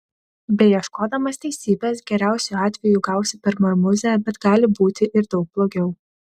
beieškodamas teisybės geriausiu atveju gausi per marmuzę bet gali būti ir daug blogiau